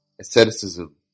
Asceticism